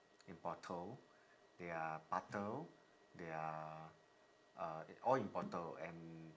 in bottle there are butter there are uh all in bottle and